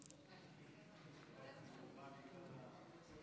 אני ניצבת